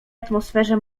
atmosferze